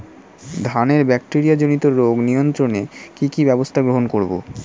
ধানের ব্যাকটেরিয়া জনিত রোগ নিয়ন্ত্রণে কি কি ব্যবস্থা গ্রহণ করব?